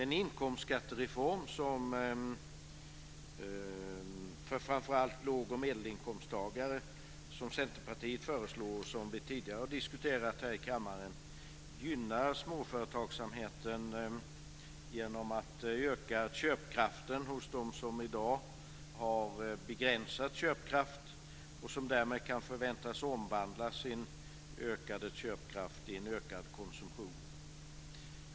Den inkomstskattereform för framför allt låg och medelinkomsttagare som Centerpartiet föreslår och som vi tidigare har diskuterat här i kammaren gynnar småföretagsamheten genom att öka köpkraften hos dem som i dag har begränsad köpkraft och som därmed kan förväntas omvandla sin ökade köpkraft i en ökad konsumtion.